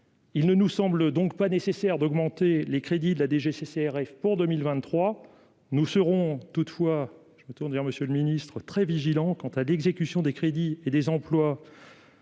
Il ne nous semble donc pas nécessaire d'augmenter les crédits de la DGCCRF pour 2023 nous serons toutefois je me tourne vers Monsieur le Ministre, très vigilant quant à l'exécution des crédits et des emplois.